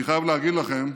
אני חייב להגיד לכם,